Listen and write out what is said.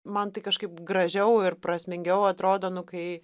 man tai kažkaip gražiau ir prasmingiau atrodo nu kai